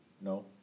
No